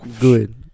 good